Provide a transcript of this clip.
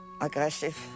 aggressive